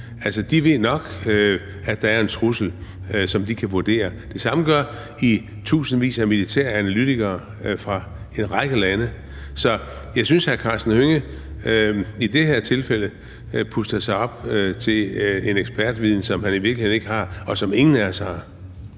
de ved nok, at der er en trussel, som de kan vurdere. Det samme gør i tusindvis af militæranalytikere fra en række lande. Så jeg synes, at hr. Karsten Hønge i det her tilfælde puster sig op til at have en ekspertviden, som han i virkeligheden ikke har, og som ingen af os har.